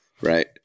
right